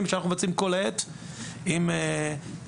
שאנחנו מבצעים כל העת בשיתוף מינהל